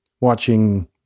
watching